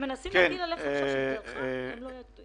הם מנסים להפיל עליך שבגללך הם לא יאשרו את